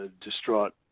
distraught